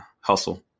hustle